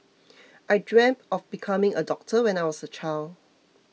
I dreamt of becoming a doctor when I was a child